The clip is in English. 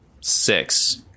Six